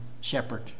shepherd